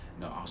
No